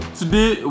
today